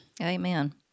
Amen